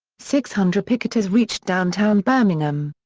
six hundred picketers reached downtown birmingham.